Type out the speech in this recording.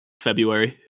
February